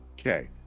Okay